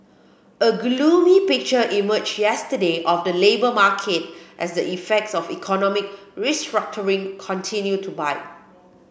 a gloomy picture emerged yesterday of the labour market as the effects of economic restructuring continue to bite